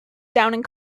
downing